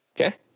Okay